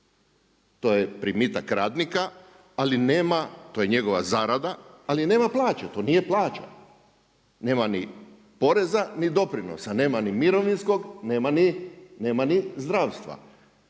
To je primitak radnika ali nema, to je njegova zarada, ali nema plaće, to nije plaća, nema ni poreza, ni doprinosa, nema ni mirovinskog nema ni zdravstva.